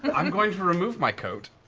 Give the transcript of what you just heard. and i'm going to remove my coat.